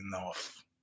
enough